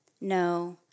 no